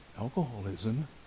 alcoholism